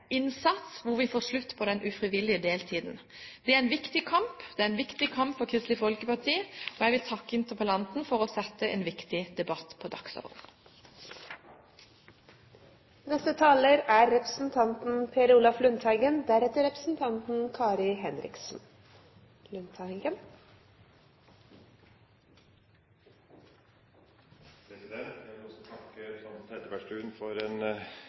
viktig kamp, det er en viktig kamp for Kristelig Folkeparti, og jeg vil takke interpellanten for å sette en viktig debatt på dagsordenen. Jeg vil også takke representanten Trettebergstuen for et godt initiativ. Heltids og deltids arbeidstidsordninger er uhyre viktig for samfunnslivet, for